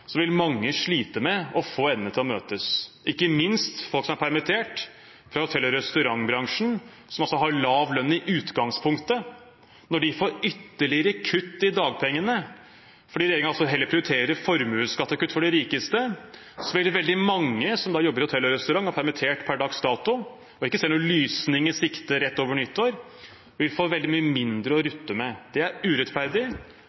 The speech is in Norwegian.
vil mange slite med å få endene til å møtes. Dette gjelder ikke minst folk som er permittert fra hotell- og restaurantbransjen, som har lav lønn i utgangspunktet. Når de får ytterligere kutt i dagpengene, fordi regjeringen heller prioriterer formuesskattekutt for de rikeste, blir det veldig mange som jobber i hotell- og restaurantbransjen og er permittert per dags dato, som ikke ser noen lysning i sikte rett over nyttår, og som vil få veldig mye mindre å